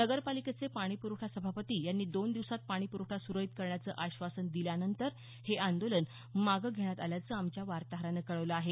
नगरपालिकेचे पाणीप्रवठा सभापती यांनी दोन दिवसांत पाणीप्रवठा सुरळीत करण्याचं आश्वासन दिल्यानंतर हे आंदोलन मागं घेण्यात आल्याचं आमच्या वार्ताहरानं कळवलं आहे